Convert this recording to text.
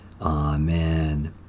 Amen